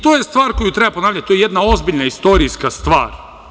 To je stvar koju treba ponavljati, to je jedan ozbiljna, istorijska stvar.